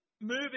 moving